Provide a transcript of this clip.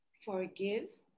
forgive